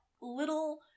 little